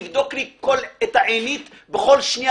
לבדוק את העינית בכל שנייה,